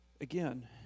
Again